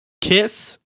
Kiss